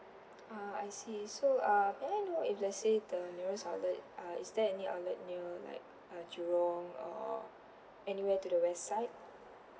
ah I see so uh may I know if let's say the nearest outlet uh is there any outlet near like uh jurong or anywhere to the west side